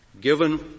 given